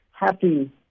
happy